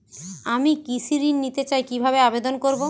আমি কৃষি ঋণ নিতে চাই কি ভাবে আবেদন করব?